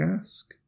ask